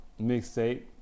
mixtape